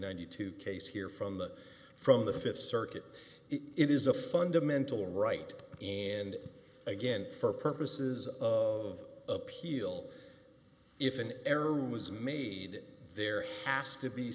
and two case here from the from the th circuit it is a fundamental right and again for purposes of appeal if an error was made there has to be